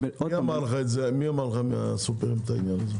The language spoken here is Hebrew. מי אמר לך את זה מהסופרים את זה?